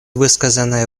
высказанные